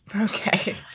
Okay